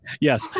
Yes